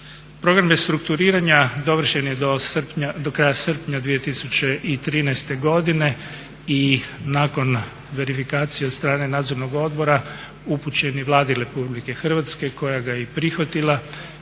Program restrukturiranja dovršen je do kraja srpnja 2013. godine i nakon verifikacije od strane Nadzornog odbora upućen je Vladi Republike Hrvatske koja ga je i prihvatila